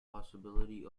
possibility